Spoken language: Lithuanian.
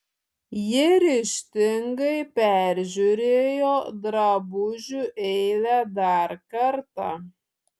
ji ryžtingai peržiūrėjo drabužių eilę dar kartą